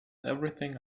everything